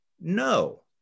No